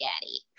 daddy